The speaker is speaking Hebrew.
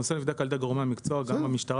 הנושא נבדק על ידי גורמי המקצוע גם במשטרה